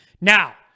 Now